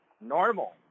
normal